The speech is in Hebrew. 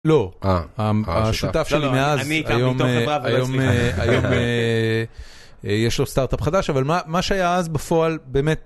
לא, השותף שלי מאז, היום יש לו סטארט-אפ חדש, אבל מה שהיה אז בפועל באמת...